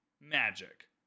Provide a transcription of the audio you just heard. magic